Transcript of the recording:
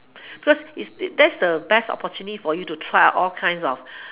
because that's the best opportunity to try all kinds of